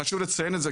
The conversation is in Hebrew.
חשוב לציין את זה,